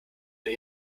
der